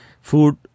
food